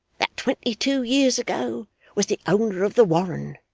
that twenty-two years ago was the owner of the warren,